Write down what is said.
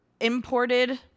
imported